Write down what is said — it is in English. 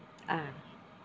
ah